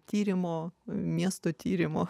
tyrimo miesto tyrimo